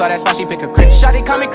ah that's why she picked a crip shawty call